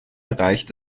reicht